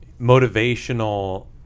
Motivational